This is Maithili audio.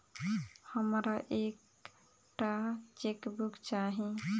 हमरा एक टा चेकबुक चाहि